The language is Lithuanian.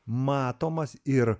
matomas ir